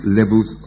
levels